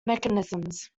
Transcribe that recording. mechanisms